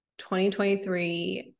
2023